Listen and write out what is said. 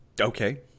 Okay